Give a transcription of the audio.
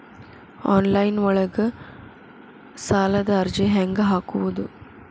Online ಒಳಗ ಸಾಲದ ಅರ್ಜಿ ಹೆಂಗ್ ಹಾಕುವುದು?